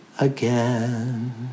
again